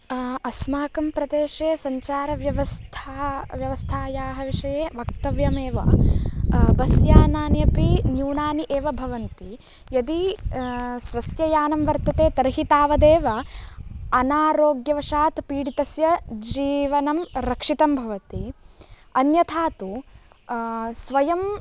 अस्माकं प्रदेशे सञ्चारव्यवस्था व्यवस्थायाः विषये वक्तव्यमेव बस्यानानि अपि न्यूनानि एव भवन्ति यदि स्वस्य यानं वर्तते तर्हि तावदेव अनारोग्यवशात् पीडितस्य जीवनं रक्षितं भवति अन्यथा तु स्वयं